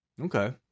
Okay